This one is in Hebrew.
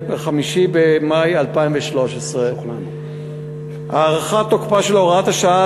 5 במאי 2013. הארכת תוקפה של הוראת השעה,